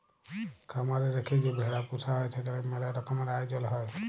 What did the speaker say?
খামার এ রেখে যে ভেড়া পুসা হ্যয় সেখালে ম্যালা রকমের আয়জল হ্য়য়